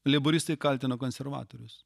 leiboristai kaltina konservatorius